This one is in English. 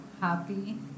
happy